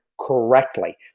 correctly